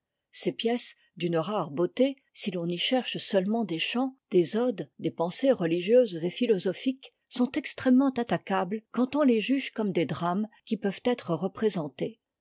ses pièces d'une rare beauté si l'on y cherche seulement des chants des odes des pensées religieuses et philosophiques sont extrêmement attaquables quand on les juge comme des drames qui peuvent être représentés